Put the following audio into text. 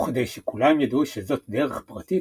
וכדי שכלם ידעו שזאת דרך פרטית,